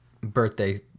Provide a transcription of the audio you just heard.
birthday